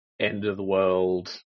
end-of-the-world